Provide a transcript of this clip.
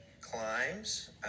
climbs